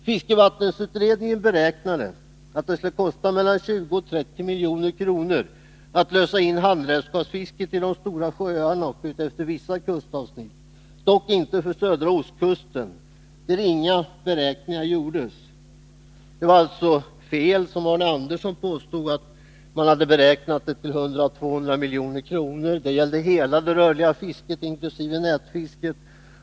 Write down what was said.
Fiskevattensutredningen beräknade att det skulle kosta mellan 20 och 30 milj.kr. att lösa in handredskapsfisket i de stora sjöarna och utefter vissa kustavsnitt, dock inte södra ostkusten, där inga beräkningar gjordes. Det var alltså fel, som Arne Andersson i Ljung påstod, att man hade beräknat kostnaden till 100 å 200 milj.kr. Det beloppet avsåg hela det rörliga fisket inkl. nätfisket.